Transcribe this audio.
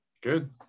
good